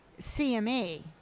CME